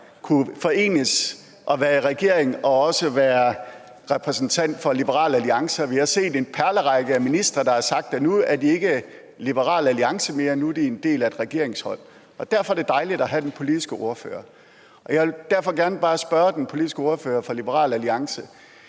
kunne forenes med også at være repræsentant for Liberal Alliance. Vi har set en perlerække af ministre, der har sagt, at nu er de ikke Liberal Alliance mere, nu er de en del af et regeringshold, og derfor er det dejligt at have den politiske ordfører. Jeg vil derfor bare gerne spørge den politiske ordfører for Liberal Alliance